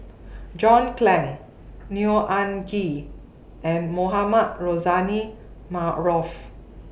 John Clang Neo Anngee and Mohamed Rozani Maarof